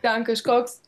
ten kažkoks